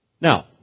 Now